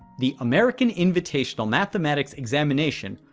the american invitational mathematics examination,